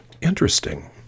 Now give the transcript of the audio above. interesting